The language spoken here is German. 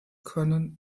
können